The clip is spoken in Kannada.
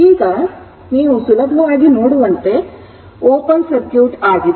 ಈಗ ನೀವು ಸುಲಭವಾಗಿ ನೋಡುವಂತೆ ಓಪನ್ ಸರ್ಕ್ಯೂಟ್ ಆಗಿದೆ